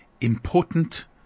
important